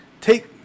take